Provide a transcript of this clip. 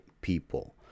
people